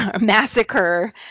massacre